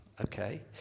Okay